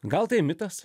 gal tai mitas